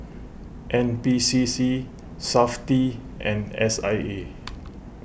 N P C C SAFTI and S I A